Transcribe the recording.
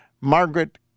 Margaret